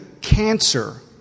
cancer